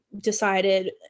decided